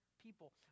people